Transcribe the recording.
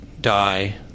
die